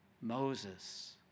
Moses